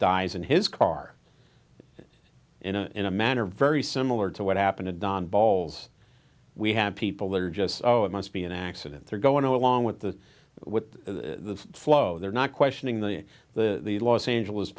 dies in his car in a in a manner very similar to what happened on balls we have people that are just oh it must be an accident they're going along with the with the flow they're not questioning the the los angeles